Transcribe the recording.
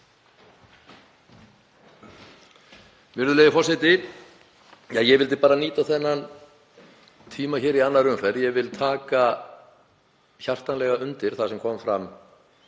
Virðulegi forseti. Ég vildi bara nýta þennan tíma í annarri umferð og taka hjartanlega undir það sem kom fram